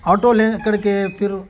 auto لیں کر کے پھر